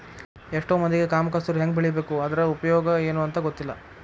ಎಷ್ಟೋ ಮಂದಿಗೆ ಕಾಮ ಕಸ್ತೂರಿ ಹೆಂಗ ಬೆಳಿಬೇಕು ಅದ್ರ ಉಪಯೋಗ ಎನೂ ಅಂತಾ ಗೊತ್ತಿಲ್ಲ